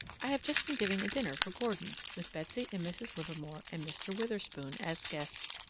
i have just been giving a dinner for gordon, with betsy and mrs. livermore and mr. witherspoon as guests.